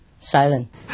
silent